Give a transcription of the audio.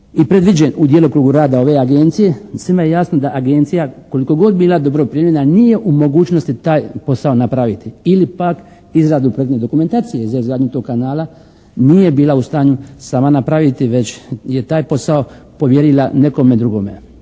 predviđen u djelokrugu rada ove Agencije s tim da je jasno da Agencija koliko god bila dobro primljena nije u mogućnosti taj posao napraviti ili pak izradu projektne dokumentacije za izgradnju tog kanala nije bila u stanju sama napraviti već je taj posao povjerila nekome drugome,